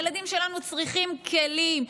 הילדים שלנו צריכים כלים,